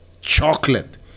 chocolate